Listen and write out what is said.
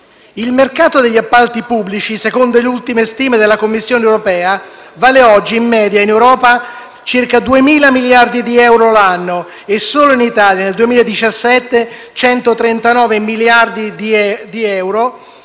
Il mercato degli appalti pubblici, secondo le ultime stime della Commissione europea, vale oggi in media in Europa circa 2.000 miliardi di euro l'anno e solo in Italia nel 2017 circa 139 miliardi all'anno